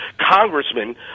congressmen